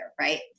Right